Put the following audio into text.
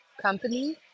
company